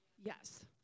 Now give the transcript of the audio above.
Yes